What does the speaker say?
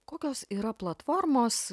kokios yra platformos